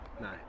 No